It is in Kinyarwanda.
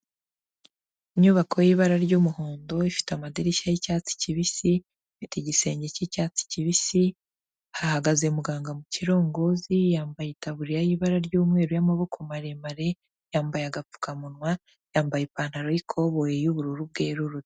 Inyubako y'ibara ry'umuhondo ifite amadirishya y'icyatsi kibisi, ifite igisenge cy'icyatsi kibisi, hahagaze muganga mu kirongozi yambaye itaburiya y'ibara ry'umweru y'amaboko maremare, yambaye agapfukamunwa yambaye ipantaro y'ikoboyi y'ubururu bwerurutse.